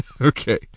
Okay